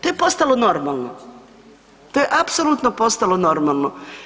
To je postalo normalno, to je apsolutno postalo normalno.